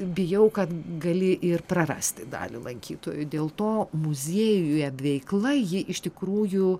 bijau kad gali ir prarasti dalį lankytojų dėl to muziejuje veikla ji iš tikrųjų